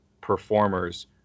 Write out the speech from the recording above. performers